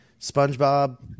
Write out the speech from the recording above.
SpongeBob